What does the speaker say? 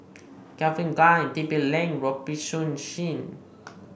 Calvin Klein and T P Link Robitussin